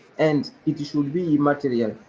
and, it should be immaterial,